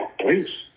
Please